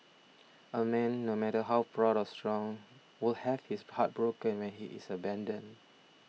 a man no matter how proud or strong will have his heart broken when he is abandoned